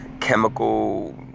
chemical